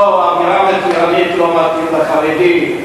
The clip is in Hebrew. לא, האווירה מתירנית, לא מתאים לחרדים.